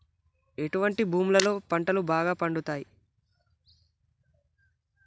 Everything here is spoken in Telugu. ఎటువంటి భూములలో పంటలు బాగా పండుతయ్?